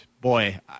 Boy